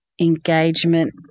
engagement